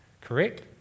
Correct